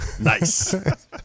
Nice